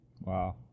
Wow